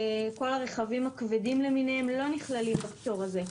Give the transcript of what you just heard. כל הרכבים הכבדים למיניהם לא נכללים בפטור הזה.